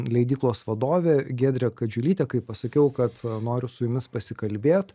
leidyklos vadovė giedrė kadžiulytė kai pasakiau kad noriu su jumis pasikalbėt